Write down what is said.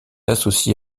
associé